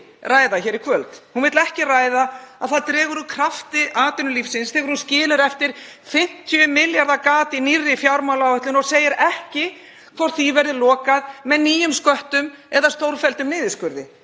Hún vill ekki ræða að það dregur úr krafti atvinnulífsins þegar hún skilur eftir 50 milljarða króna gat í nýrri fjármálaáætlun og segir ekki hvort því verði lokað með nýjum sköttum eða stórfelldum niðurskurði.